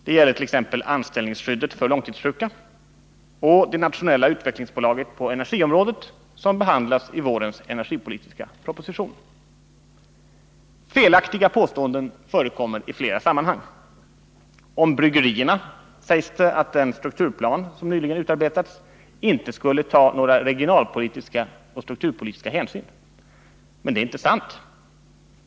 Det gäller t.ex. anställningsskyddet för långtidssjuka och det nationella utvecklingsbolaget på energiområdet, som behandlas i vårens energipolitiska proposition. Felaktiga påståenden förekommer i flera sammanhang. Om bryggerierna sägs det att i den strukturplan som nyligen utarbetats inte skulle tas några regionalpolitiska och strukturpolitiska hänsyn, men det är inte sant.